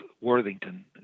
Worthington